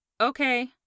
Okay